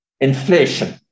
Inflation